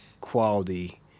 quality